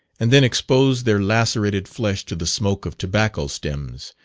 and then expose their lacerated flesh to the smoke of tobacco stems,